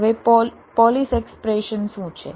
હવે polish expression શું છે